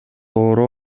ооруп